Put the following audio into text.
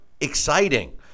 exciting